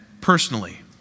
personally